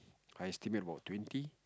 I estimate about twenty